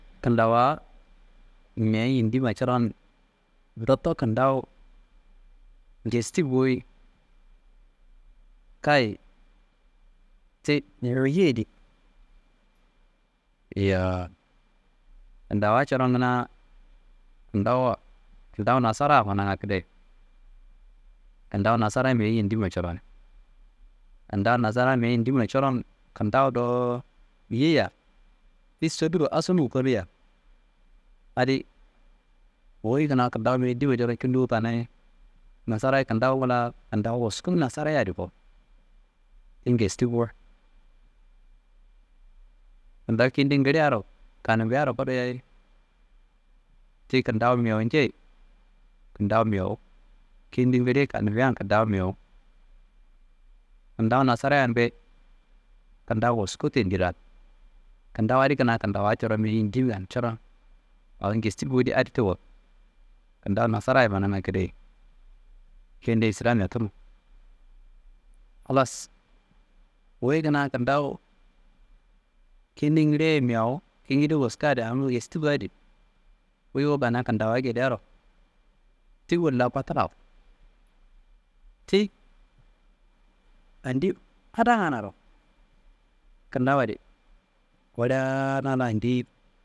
Kintawaá min yindima coron ndotto kintawu ngesti boyi kayi ti «unitelligible » yowo kintawaá coron kuna kintawuwa kintawu nasara ku nanga kidaye. Kintawu nasarayi min yindinna coron, kintawu nassara min yindinna coron kintawu dowu yiyiya ti soduro asunuwu koniya adi wuyi kuna kintawu min yindinna coron wukanayi nasarayi kintawungu la kintawu wusku nasaraye adi ko ti ngesti bo kintawu kende ngiliyaro kamunbuyaro kudiyiyaye tiyi kintawu mewu njei kintawu mewu kende ngliye kanumbuyan kintawu mewu kintawu nasaranbe kintawu wusku tendi lan kintawu adi kintawaá coron kintawu men yindinbe coron awo ngesti bo di adi tiwo. Kintawu nasara manangu kidaye kende islamya tunu halas wuyi kina kintawu kende ngiliye mewu kingida wuska adi ngesti ba di wuyi wukanayi kintawa gedearo ti wola kintawaá ngedaro ti wola kotulawo ti andi Adannganaro kintawuwa adi wulanna andiyi